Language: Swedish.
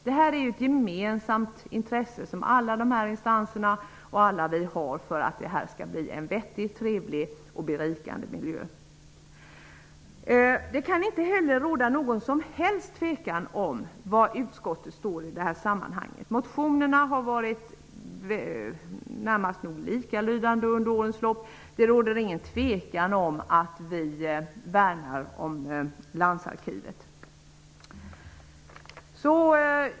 Det här är ett gemensamt intresse för alla dessa instanser och alla oss för att det skall bli en vettig, trevlig och berikande miljö. Det kan inte heller råda någon som helst tvekan om var utskottet står. Motionerna har varit närmast likalydande under årens lopp. Det råder ingen tvekan om att vi värnar om Landsarkivet.